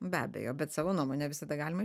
be abejo bet savo nuomonę visada galima